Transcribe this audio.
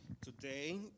today